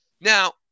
Now